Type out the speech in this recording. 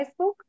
Facebook